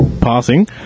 passing